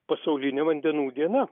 pasaulinė vandenų diena